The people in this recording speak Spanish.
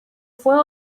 fue